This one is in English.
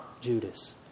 Judas